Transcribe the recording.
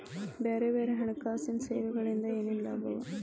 ಬ್ಯಾರೆ ಬ್ಯಾರೆ ಹಣ್ಕಾಸಿನ್ ಸೆವೆಗೊಳಿಂದಾ ಏನೇನ್ ಲಾಭವ?